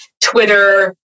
Twitter